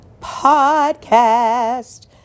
podcast